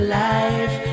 life